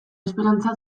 esperantza